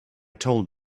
told